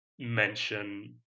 mention